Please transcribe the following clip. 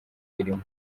uyirimo